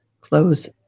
close